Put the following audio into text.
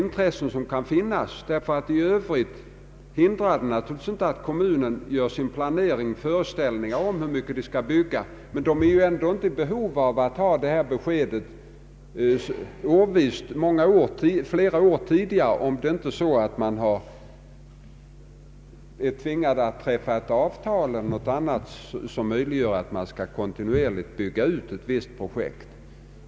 Naturligtvis finns det ingenting som hindrar kommunerna att göra föreställningar om hur mycket de skall bygga, men de är ju ändå inte i behov av besked flera år i förväg annat än om de är tvingade att träffa avtal för att kontinuerligt kunna bygga ut ett visst projekt.